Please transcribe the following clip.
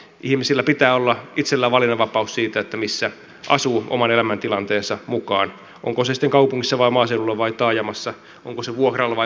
ihmisillä pitää olla itsellään valinnanvapaus siitä missä asuu oman elämäntilanteensa mukaan onko se sitten kaupungissa vai maaseudulla vai taajamassa onko se vuokralla vai omistusasunnossa